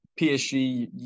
PSG